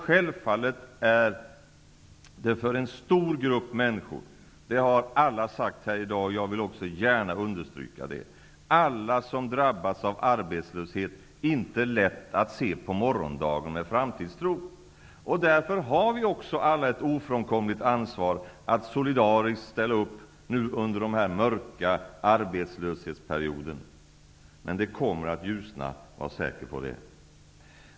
Självfallet är det för en stor grupp människor, det har alla sagt här i dag och jag vill också gärna understryka det, alla som drabbats av arbetslöshet, inte lätt att se på morgondagen med framtidstro. Därför har vi också alla ett ofrånkomligt ansvar att solidariskt ställa upp under den här mörka arbetslöshetsperioden. Men det kommer att ljusna, var säker på det!